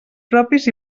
propis